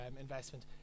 investment